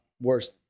worse